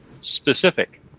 specific